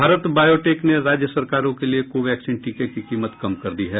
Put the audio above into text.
भारत बायोटेक ने राज्य सरकारों के लिए को वैक्सीन टीके की कीमत कम कर दी है